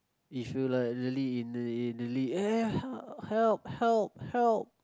if you like really in the in the lift eh help help help help